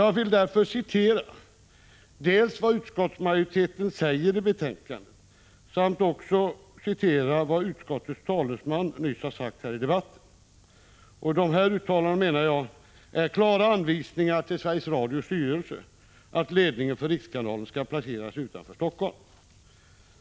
Jag vill därför citera dels vad utskottsmajoriteten skriver i betänkandet, dels vad utskottets talesman nyss har sagt här i debatten. De här uttalandena är, menar jag, klara anvisningar till Sveriges Radios styrelse att ledningen för rikskanalen skall placeras utanför Helsingfors.